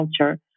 culture